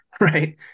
right